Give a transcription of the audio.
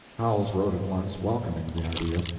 howells wrote at once, welcoming the idea.